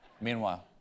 Meanwhile